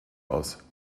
aus